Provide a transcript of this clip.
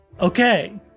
Okay